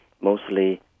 mostly